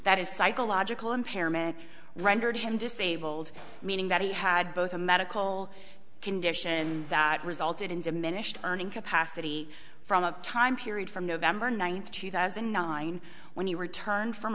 that his psychological impairment rendered him disabled meaning that he had both a medical condition that resulted in diminished earning capacity from a time period from november ninth two thousand and nine when he returned from